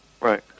right